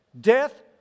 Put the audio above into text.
death